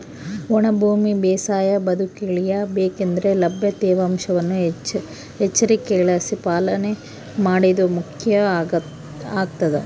ಒಣ ಭೂಮಿ ಬೇಸಾಯ ಬದುಕುಳಿಯ ಬೇಕಂದ್ರೆ ಲಭ್ಯ ತೇವಾಂಶವನ್ನು ಎಚ್ಚರಿಕೆಲಾಸಿ ಪಾಲನೆ ಮಾಡೋದು ಮುಖ್ಯ ಆಗ್ತದ